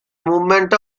movement